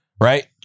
right